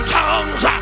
tongues